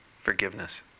forgiveness